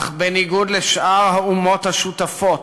אך בניגוד לשאר האומות השותפות,